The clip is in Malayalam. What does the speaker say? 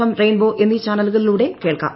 എം റയിൻബോ എന്നീ ചാനലുകളിലൂടെ കേൾക്കാം